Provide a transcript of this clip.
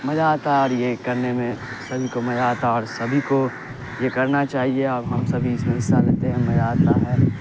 مجہ آتا ہے اور یہ کرنے میں سبھی کو مزہ آتا ہے اور سبھی کو یہ کرنا چاہیے اور ہم سبھی اس میں حصہ لیتے ہیں اور مزہ آتا ہے